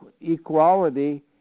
equality